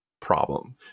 problem